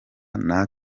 ntawe